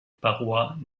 parois